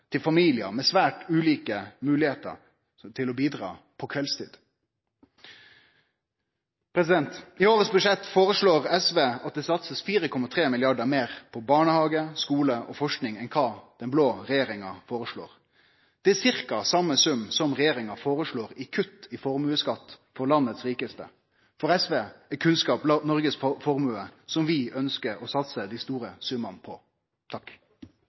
til familiar med svært ulike moglegheiter til å bidra – på kveldstid. I årets budsjett føreslår SV at det blir satsa 4,3 mrd. kr meir på barnehage, skule og forsking enn kva den blå-blå regjeringa føreslår. Det er omtrent same sum som regjeringa foreslår i kutt i formuesskatt for dei rikaste i landet. For SV er kunnskap Noregs formue – som vi ønskjer å satse dei store summane på.